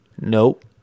Nope